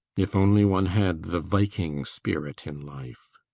if only one had the viking-spirit in life